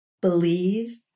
believe